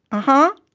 uh-huh,